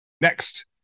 Next